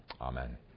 Amen